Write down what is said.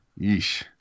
yeesh